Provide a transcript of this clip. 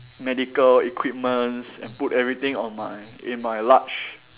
medical equipments and put everything on my in my large